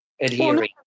adhering